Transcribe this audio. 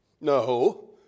No